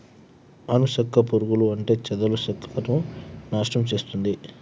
అను సెక్క పురుగులు అంటే చెదలు సెక్కను నాశనం చేస్తుంది